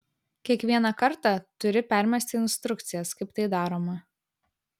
kiekvieną kartą turi permesti instrukcijas kaip tai daroma